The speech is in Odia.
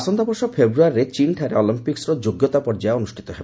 ଆସନ୍ତାବର୍ଷ ଫେବୃୟାରୀରେ ଚୀନ୍ଠାରେ ଅଲିମ୍ପିକ୍ୱର ଯୋଗ୍ୟତା ପର୍ଯ୍ୟାୟ ଅନୁଷ୍ଠିତ ହେବ